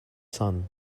son